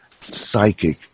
psychic